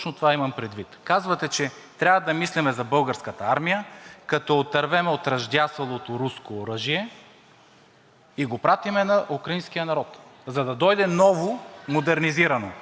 и го пратим на украинския народ, за да дойде ново – модернизирано. Обяснете оттук, от тази трибуна, това ръждясало оръжие, което не става за нищо, което са Ви казали, че снарядите не гърмят,